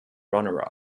runner